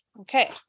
Okay